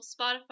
Spotify